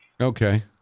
Okay